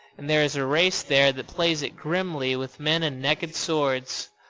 and there is a race there that plays it grimly with men and naked swords.